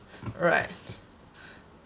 right